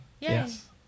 Yes